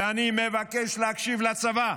ואני מבקש להקשיב לצבא,